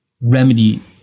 remedy